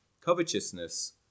covetousness